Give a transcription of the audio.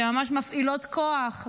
שממש מפעילות כוח,